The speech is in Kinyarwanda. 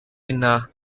nta